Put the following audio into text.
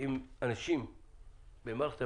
אם אנשים במערכת הבריאות,